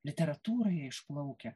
literatūroje išplaukia